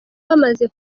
bamaze